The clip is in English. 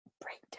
breakdown